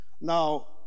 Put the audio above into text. Now